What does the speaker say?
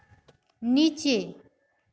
नीचे